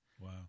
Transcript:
Wow